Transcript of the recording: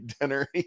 dinner